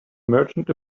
merchant